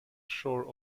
shore